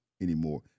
anymore